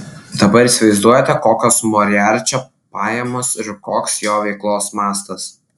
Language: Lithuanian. dabar įsivaizduojate kokios moriarčio pajamos ir koks jo veiklos mastas